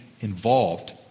involved